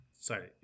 Sorry